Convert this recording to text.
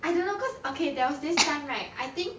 I don't know cause okay there was this time right I think